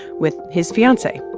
with his fiancee,